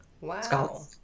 Wow